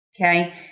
Okay